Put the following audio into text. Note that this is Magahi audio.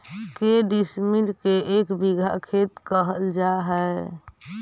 के डिसमिल के एक बिघा खेत कहल जा है?